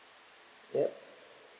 ya